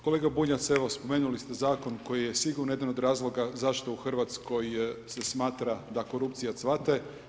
Kolega Bunjac, evo spomenuli ste zakon koji je sigurno jedan od razloga zašto u Hrvatskoj se smatra da korupcija cvate.